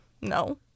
No